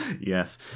Yes